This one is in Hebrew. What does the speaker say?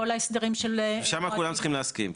שלא כולם מסכימים.